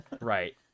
right